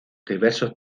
diversos